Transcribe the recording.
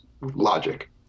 logic